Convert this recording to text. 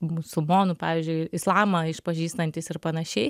musulmonų pavyzdžiui islamą išpažįstantys ir panašiai